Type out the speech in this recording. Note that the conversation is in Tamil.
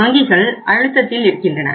வங்கிகள் அழுத்தத்தில் இருக்கின்றன